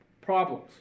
Problems